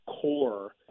core